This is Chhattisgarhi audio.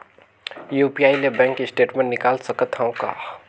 यू.पी.आई ले बैंक स्टेटमेंट निकाल सकत हवं का?